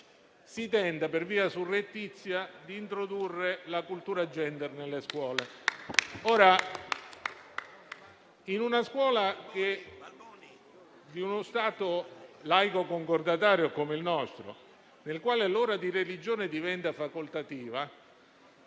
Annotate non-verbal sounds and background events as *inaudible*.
si tenta, per via surrettizia, di introdurre la cultura *gender* nelle scuole. *applause* Nella scuola di uno Stato laico e concordatario come il nostro, nel quale l'ora di religione diventa facoltativa